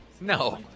No